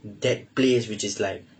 that place which is like